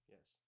Yes